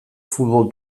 futbol